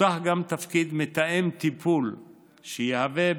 פותח גם תפקיד מתאם טיפול שיהווה,